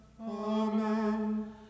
Amen